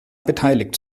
beteiligt